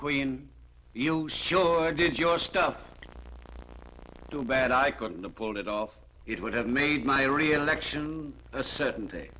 queen you sure did your stuff too bad i couldn't have pulled it off it would have made my reelection a certain